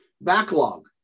backlog